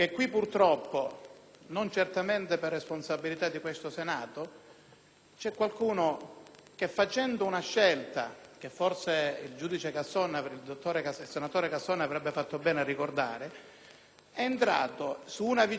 c'è qualcuno che, facendo una scelta, che forse il senatore Casson avrebbe fatto bene a ricordare, è entrato su una vicenda che si sarebbe potuta risolvere molto più serenamente senza inchiodare